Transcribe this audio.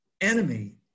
enemy